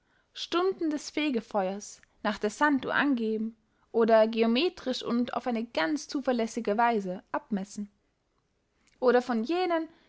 stunden des fegfeuers nach der sanduhr angeben oder geometrisch und auf eine ganz zuverläßige weise abmessen oder von jenen